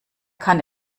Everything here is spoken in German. kann